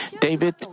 David